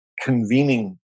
convening